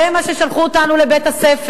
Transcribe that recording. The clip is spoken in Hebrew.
עם זה שלחו אותנו לבית-הספר,